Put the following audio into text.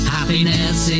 Happiness